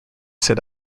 sit